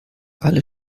alle